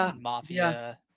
mafia